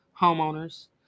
homeowners